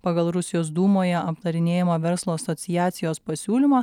pagal rusijos dūmoje aptarinėjamą verslo asociacijos pasiūlymą